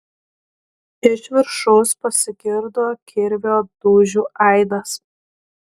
iš viršaus pasigirdo kirvio dūžių aidas